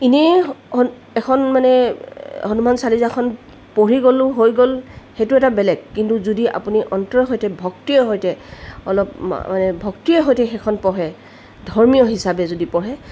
এনেই হন এখন মানে হনুমান চালিচাখন পঢ়ি গ'লোঁ হৈ গ'ল সেইটো এটা বেলেগ কিন্তু যদি আপুনি অন্তৰৰ সৈতে ভক্তিৰে সৈতে অলপ মানে ভক্তিৰে সৈতে সেইখন পঢ়ে ধৰ্মীয় হিচাপে যদি পঢ়ে